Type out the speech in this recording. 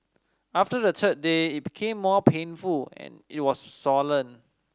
after the third day it became more painful and it was swollen